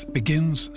begins